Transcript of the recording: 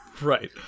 right